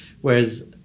whereas